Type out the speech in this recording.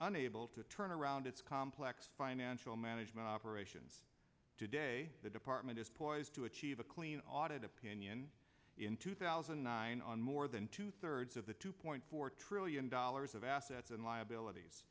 unable to turn around its complex financial management operations today the department is poised to achieve a clean audit opinion in two thousand and nine on more than two thirds of the two point four trillion dollars of assets and liabilities